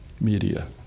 Media